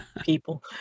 people